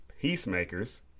peacemakers